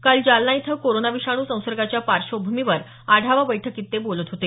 काल जालना इथं कोरोना विषाणू संसर्गाच्या पार्श्वभूमीवर आढावा बैठकीत ते बोलत होते